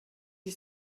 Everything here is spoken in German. die